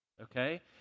Okay